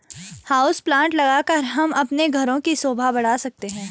house plant लगाकर हम अपने घर की शोभा बढ़ा सकते हैं